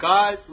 God